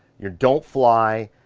your don't fly,